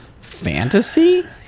Fantasy